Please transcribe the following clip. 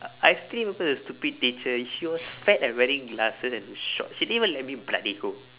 I think it's because of the stupid teacher she was fat and wearing glasses and short she didn't even let me bloody go